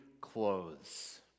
clothes